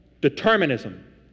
determinism